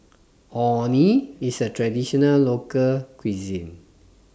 Orh Nee IS A Traditional Local Cuisine